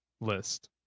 list